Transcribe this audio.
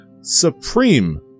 Supreme